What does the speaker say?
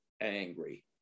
angry